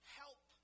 help